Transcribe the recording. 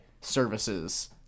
services